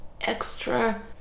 extra